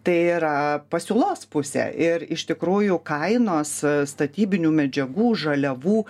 tai yra pasiūlos pusė ir iš tikrųjų kainos statybinių medžiagų žaliavų